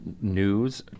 news